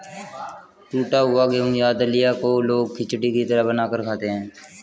टुटा हुआ गेहूं या दलिया को लोग खिचड़ी की तरह बनाकर खाते है